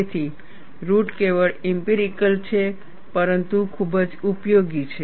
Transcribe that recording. તેથી રુટ કેવળ ઇમ્પિરિકલ છે પરંતુ ખૂબ જ ઉપયોગી છે